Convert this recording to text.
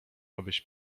abyś